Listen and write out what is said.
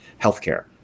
healthcare